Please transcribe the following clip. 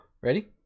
Ready